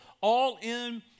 all-in